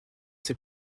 ses